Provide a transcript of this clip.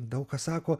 daug kas sako